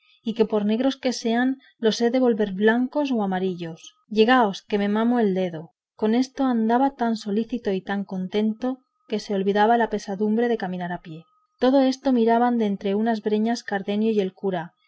y que por negros que sean los he de volver blancos o amarillos llegaos que me mamo el dedo con esto andaba tan solícito y tan contento que se le olvidaba la pesadumbre de caminar a pie todo esto miraban de entre unas breñas cardenio y el cura